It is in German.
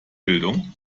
bildung